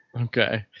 Okay